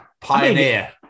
Pioneer